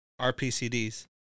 RPCDs